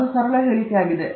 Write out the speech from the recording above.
ಇದು ಸರಳವಾಗಿ ಹೇಳಿಕೆಯಾಗಿದೆ